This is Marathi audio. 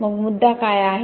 मग मुद्दा काय आहे